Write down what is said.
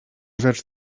rzecz